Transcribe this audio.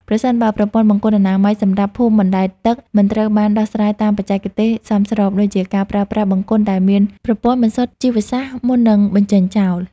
ប្រសិនបើប្រព័ន្ធបង្គន់អនាម័យសម្រាប់ភូមិអណ្តែតទឹកមិនត្រូវបានដោះស្រាយតាមបច្ចេកទេសសមស្រប ដូចជាការប្រើប្រាស់បង្គន់ដែលមានប្រព័ន្ធបន្សុទ្ធជីវសាស្ត្រមុននឹងបញ្ចេញចោល។